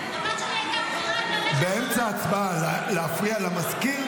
--- באמצע ההצבעה להפריע למזכיר?